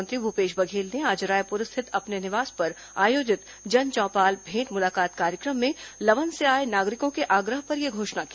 मुख्यमंत्री भूपेश बघेल ने आज रायपुर स्थित अपने निवास पर आयोजित जनचौपाल भेंट मुलाकात कार्यक्रम में लवन से आए नागरिकों के आग्रह पर यह घोषणा की